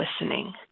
listening